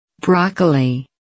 Broccoli